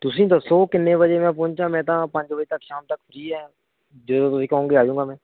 ਤੁਸੀਂ ਦੱਸੋ ਕਿੰਨੇ ਵਜੇ ਮੈਂ ਪਹੁੰਚਾ ਮੈਂ ਤਾਂ ਪੰਜ ਵਜੇ ਤੱਕ ਸ਼ਾਮ ਤੱਕ ਫ੍ਰੀ ਹੈ ਜਦੋਂ ਤੁਸੀਂ ਕਹੁੰਗੇ ਆ ਜਾਉਂਗਾ ਮੈਂ